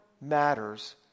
matters